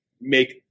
make